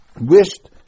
wished